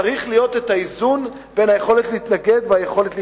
צריך להיות איזון בין היכולת להתנגד ליכולת להתקדם.